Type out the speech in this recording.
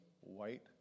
white